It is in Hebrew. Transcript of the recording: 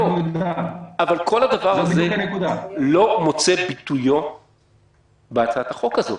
אבל כל זה לא מוצא את ביטויו בהצעת החוק הזאת.